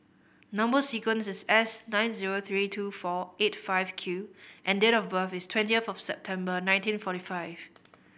number sequence is S nine zero three two four eight five Q and date of birth is twenty of September nineteen forty five